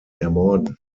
ermorden